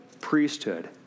priesthood